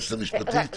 ליועצת המשפטית, בבקשה.